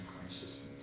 consciousness